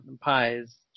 pies